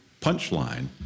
punchline